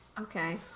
okay